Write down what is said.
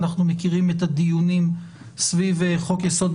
אנחנו מכירים את הדיונים סביב חוק-יסוד: